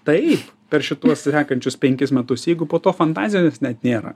taip per šituos sekančius penkis metus jeigu po to fantazijos net nėra